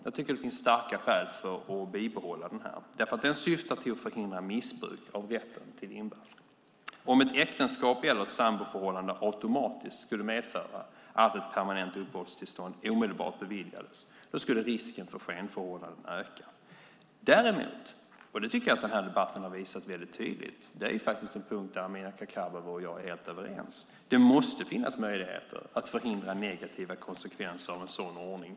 Jag tycker att det finns starka skäl att bibehålla den. Den syftar till att förhindra missbruk av rätten till invandring. Om ett äktenskap eller ett samboförhållande automatiskt skulle medföra att ett permanent uppehållstillstånd omedelbart beviljades skulle risken för skenförhållanden öka. Däremot - och det tycker jag att debatten har visat tydligt - finns det en punkt där Amineh Kakabaveh och jag är helt överens: Det måste finnas möjligheter att förhindra negativa konsekvenser av en sådan ordning.